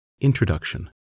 Introduction